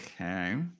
Okay